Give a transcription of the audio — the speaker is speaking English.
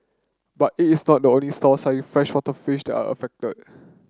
but it is not only stalls selling freshwater fish are affected